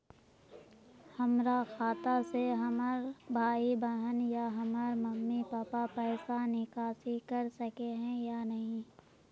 हमरा खाता से हमर भाई बहन या हमर मम्मी पापा पैसा निकासी कर सके है या नहीं?